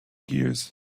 gears